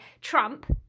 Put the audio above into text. trump